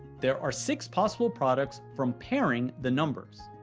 there are six possible products from pairing the numbers.